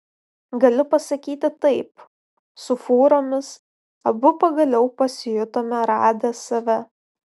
galiu pasakyti taip su fūromis abu pagaliau pasijutome radę save